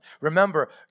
Remember